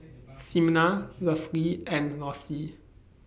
Ximena Lovey and Lossie